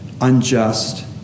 unjust